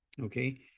Okay